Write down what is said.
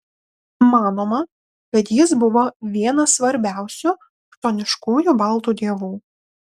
manoma kad jis buvo vienas svarbiausių chtoniškųjų baltų dievų